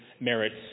merits